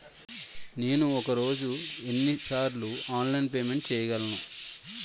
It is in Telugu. నేను ఒక రోజులో ఎన్ని సార్లు ఆన్లైన్ పేమెంట్ చేయగలను?